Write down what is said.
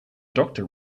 doctor